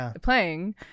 playing